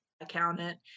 accountant